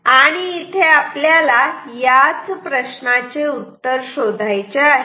आणि इथे आपल्याला याच प्रश्नाचे उत्तर शोधायचे आहे